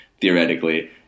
theoretically